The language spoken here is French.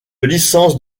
licence